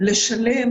לשלם